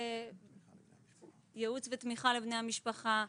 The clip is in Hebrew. ייעוץ ותמיכה לבני המשפחה,